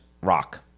rock